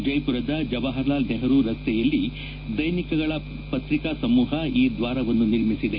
ಜೈಪುರದ ಜವಾಹರಲಾಲ್ ನೆಹರು ರಸ್ತೆಯಲ್ಲಿ ದ್ಲೆನಿಕಗಳ ಪತ್ರಿಕಾ ಸಮೂಹ ಈ ದ್ವಾರವನ್ನು ನಿರ್ಮಿಸಿದೆ